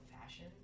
fashion